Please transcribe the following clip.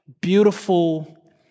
Beautiful